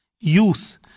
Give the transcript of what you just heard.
youth